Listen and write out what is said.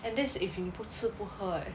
and this if 你不吃不喝 eh